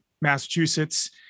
Massachusetts